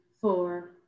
four